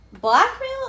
Blackmail